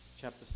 chapter